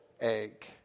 egg